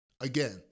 again